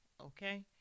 Okay